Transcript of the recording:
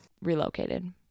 relocated